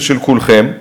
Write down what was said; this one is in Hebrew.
ושל כולכם,